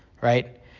Right